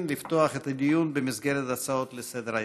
לפתוח את הדיון במסגרת הצעות לסדר-היום.